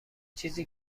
چیزی